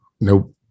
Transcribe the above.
nope